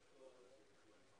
לחודש.